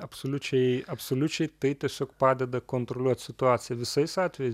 absoliučiai absoliučiai tai tiesiog padeda kontroliuot situaciją visais atvejais